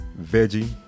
Veggie